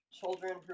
children